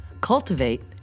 cultivate